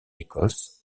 écosse